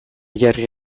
jarri